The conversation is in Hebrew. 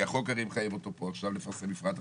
כי החוק הרי מחייב אותו פה עכשיו לפרסם מפרט.